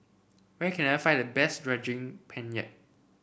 where can I find the best Daging Penyet